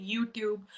YouTube